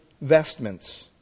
vestments